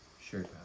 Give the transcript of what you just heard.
Sure